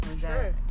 sure